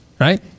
right